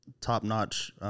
top-notch